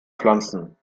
pflanzen